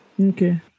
Okay